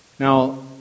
Now